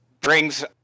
brings